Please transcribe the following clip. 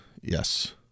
yes